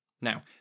Now